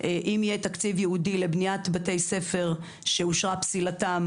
אם יהיה תקציב ייעודי לבניית בתי ספר שאושרה פסילתם,